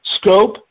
scope